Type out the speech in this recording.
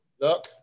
Look